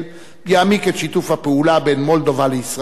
יעמיק את שיתוף הפעולה בין מולדובה לישראל בתחומי